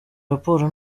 raporo